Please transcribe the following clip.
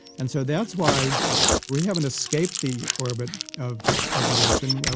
and so that's why we haven't escaped the orbit of evolution.